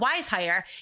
WiseHire